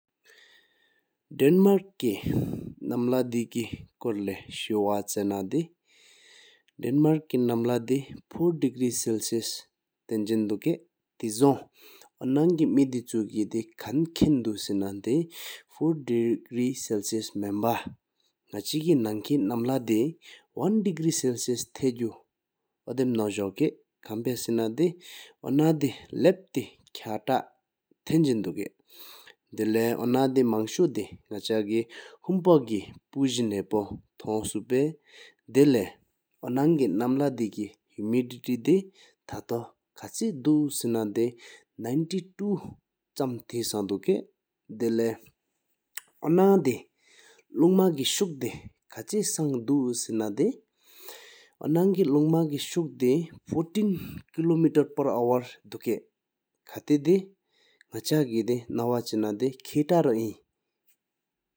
ཌུང་མགོར་གནས་ཀྱི་ཁྲོད་དམར་དཀར་ཀྱི་ཉི་མ་གཅིག་ལྷག་བཟང་། ཌུང་མགོར་ལགས་ཀྱི་ཉི་མ་བཞི་སྟོང་ཆུ་ཁུ་པ་ལ་འགྲོ་རོལ་ཚོགས་དགོ་ཞེས་ཅིག་ཟབ་ཅི་ནས་འདུག། མཏིགས་དང་བྱོས་ཀྱི་གསའ་ནང་ལས་རོགས་ཆོད་ཡོད་པ་ཚོགས་དང་བཅུ་སྟོང་སྟེ་བཟང་ལག་ཁུངས་བཀའ་ཡོགས་ཞེས་མཆན་ཞབས་དང་གཅིག་སྔོན། མི་དམ་པ་ནུས་མཉེ་ཆོས་ཀྱི་དམ་འོས་ཁམས་ཁ་ནི་དགོང་ནས་ལམ་ཡང་བཀའ་མོ་དུའང་། དམ་སྐམ་འཆམ་པ་ཉམས་སུ་དྲྀར་ཁམ་ཚོགས་ནི་གཞོན་ཕུང་ཟིན། སྐལ་ཀྱོག་དགངས་ལོ་འོས་གཏམ་ནས་མཐཱི་སྐད་ནི་ཞབས་ཤུཀ་བློང་དང་བས་ཚོགས་སྒྲོན་ཆེ་དང་མཚུར་མོ་འཛལ་ལེ་ཞབས་ཟིན། ས་ནང་རང་ཁ་གཏི་གཏམ་ནས་དབལ་ཀོ་དང་འོས་ཕི་ཞིག་འོན་ལས་འཆམ་དན་རོང་ཕུང་ས་རྨོང།